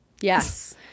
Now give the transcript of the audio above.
Yes